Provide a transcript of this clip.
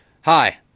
Hi